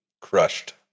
Crushed